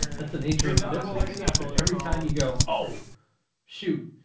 that's the nature of the business. but if every time you go, oh shoot.